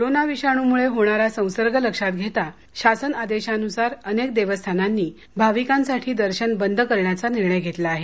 corona विषाणूमुळे होणारा संसर्ग लक्षात घेता शासन आदेशानुसार अनेक देवस्थानांनी भाविकांसाठी दर्शन बंद करण्याचा निर्णय घेतला आहे